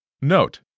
Note